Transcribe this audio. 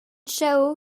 shao